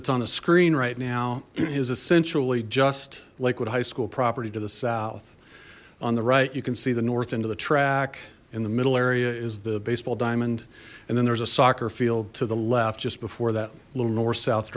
that's on a screen right now is essentially just lakewood high school property to the south on the right you can see the north into the track in the middle area is the baseball diamond and then there's a soccer field to the left just before that little north south